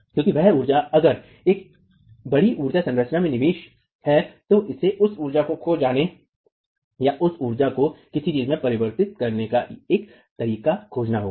क्योंकि वह ऊर्जा अगर एक बड़ी ऊर्जा संरचना में निवेश है तो इसे उस ऊर्जा को खोने या उस ऊर्जा को किसी चीज़ में परिवर्तित करने का एक तरीका खोजना होगा